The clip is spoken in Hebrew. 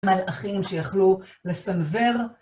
מלאכים שיכלו לסנוור.